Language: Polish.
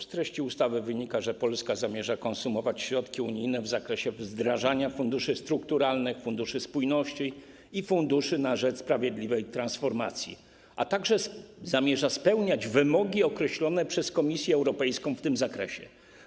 Z treści ustawy wynika, że Polska zamierza konsumować środki unijne w zakresie wdrażania funduszy strukturalnych, funduszy spójności i funduszy na rzecz sprawiedliwej transformacji, a także zamierza spełniać wymogi określone przez Komisję Europejską w tym zakresie.